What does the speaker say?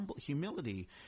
humility –